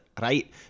right